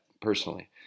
personally